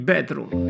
Bedroom